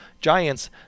giants